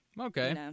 Okay